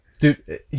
dude